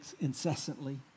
incessantly